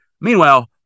Meanwhile